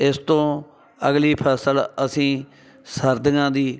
ਇਸ ਤੋਂ ਅਗਲੀ ਫਸਲ ਅਸੀਂ ਸਰਦੀਆਂ ਦੀ